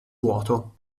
vuoto